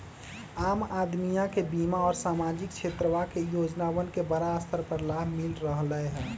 आम अदमीया के बीमा और सामाजिक क्षेत्रवा के योजनावन के बड़ा स्तर पर लाभ मिल रहले है